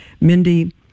Mindy